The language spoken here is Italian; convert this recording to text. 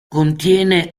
contiene